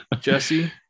Jesse